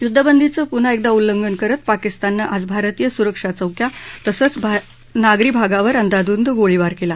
युद्धबंदीचं पुन्हा एकदा उंल्लघन करत पाकिस्तानने आज भारतीय सुरक्षा चौक्या तसंच नागरी भागावर अंदाधुंद गोळीबार केला